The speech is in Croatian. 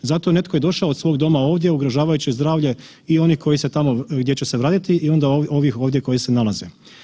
Zato je netko i došao od svog doma ovdje, ugrožavajući zdravlje i oni koji se tamo, gdje će se vratiti, i onda ovih ovdje koji se nalaze.